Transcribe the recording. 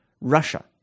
Russia